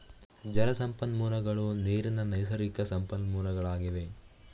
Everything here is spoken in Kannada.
ಜಲ ಸಂಪನ್ಮೂಲಗಳು ನೀರಿನ ನೈಸರ್ಗಿಕ ಸಂಪನ್ಮೂಲಗಳಾಗಿವೆ